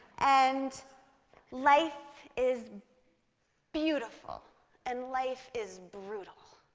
and life is beautiful and life is brutal.